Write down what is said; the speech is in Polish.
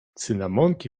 cynamonki